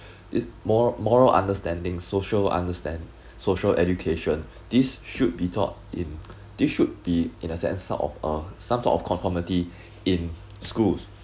is mor~ moral understanding social understand social education this should be taught in this should be in a sense of uh some sort of conformity in schools